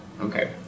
Okay